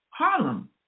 Harlem